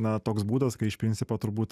na toks būdas kai iš principo turbūt